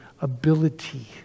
ability